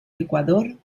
ecuador